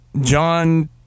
John